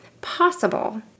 possible